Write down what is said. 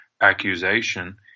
accusation